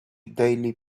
daily